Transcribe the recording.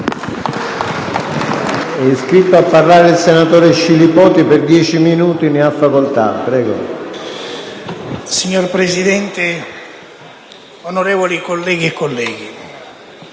Signor Presidente e onorevoli colleghe e colleghi,